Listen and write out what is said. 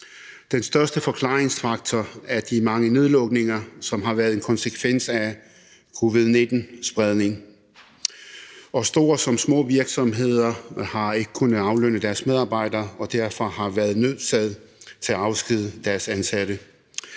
Den største forklaringsfaktor er de mange nedlukninger, som har været en konsekvens af covid-19-spredningen. Store som små virksomheder har ikke kunnet aflønne deres medarbejdere og har derfor været nødsaget til at afskedige deres ansatte.